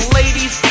ladies